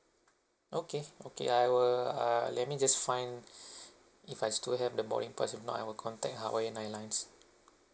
okay okay I will uh let me just find if I still have the boarding pass if not I will contact hawaiian airlines